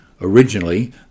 Originally